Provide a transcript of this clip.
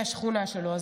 מהשכונה שלו.